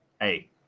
Hey